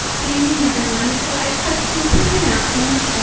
good evening, everyone. so i just have two quick announcements. and